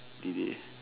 did it